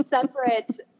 separate